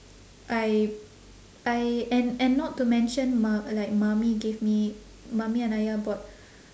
I I and and not to mention mu~ like mummy gave me mummy and ayah bought